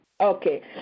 Okay